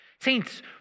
Saints